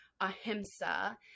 ahimsa